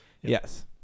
Yes